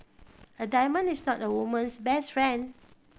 a diamond is not a woman's best friend